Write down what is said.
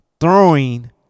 throwing